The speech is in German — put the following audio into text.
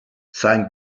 sein